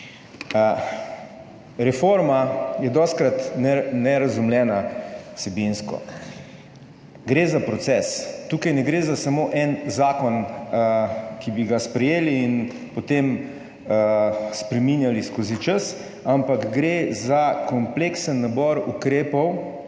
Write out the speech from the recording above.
Reforma je dostikrat nerazumljena vsebinsko. Gre za proces. Tukaj ne gre za samo en zakon, ki bi ga sprejeli in potem spreminjali skozi čas, ampak gre za kompleksen nabor ukrepov